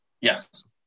yes